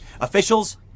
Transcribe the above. Officials